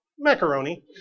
macaroni